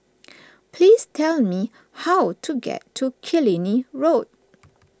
please tell me how to get to Killiney Road